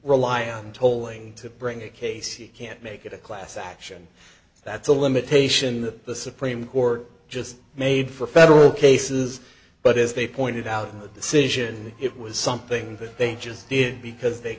tolling to bring a case you can't make it a class action that's a limitation that the supreme court just made for federal cases but as they pointed out in the decision it was something that they just did because they